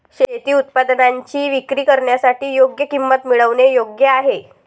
शेती उत्पादनांची विक्री करण्यासाठी योग्य किंमत मिळवणे योग्य आहे